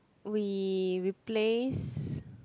we replace